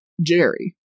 Jerry